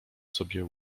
sobie